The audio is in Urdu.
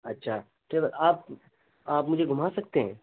اچھا تو یہ آپ آپ مجھے گھما سکتے ہیں